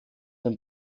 den